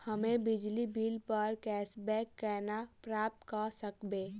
हम्मे बिजली बिल प कैशबैक केना प्राप्त करऽ सकबै?